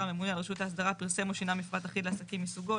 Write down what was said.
הממונה או הרשות להסדרה פרסם או שינה מפרט אחיד לעסקים מסוגו.